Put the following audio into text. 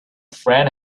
friend